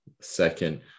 second